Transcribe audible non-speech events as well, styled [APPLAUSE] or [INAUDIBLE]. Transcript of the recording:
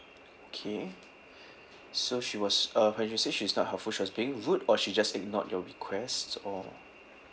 okay [BREATH] so she was uh when you say she's not helpful she was being rude or she just ignored your request or